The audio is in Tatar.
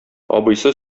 абыйсы